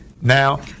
Now